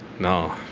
now.